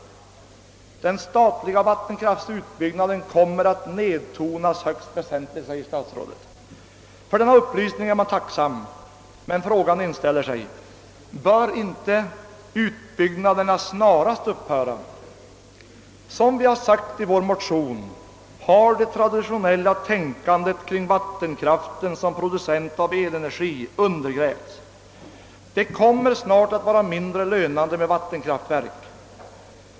Den statliga vattenkraftsutbyggnaden kommer att nedtonas högst väsentligt, sade statsrådet. För denna upplysning är man tacksam, men man frågar sig: bör inte utbyggnaderna snarast upphöra? Som vi har sagt i vår motion har vattenkraften som producent av elenergi snart spelat ut sin roll. Det kommer inom kort att vara mindre lönande med vattenkraftverk.